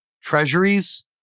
treasuries